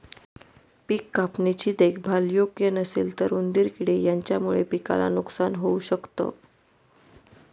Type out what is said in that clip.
पिक कापणी ची देखभाल योग्य नसेल तर उंदीर किडे यांच्यामुळे पिकाला नुकसान होऊ शकत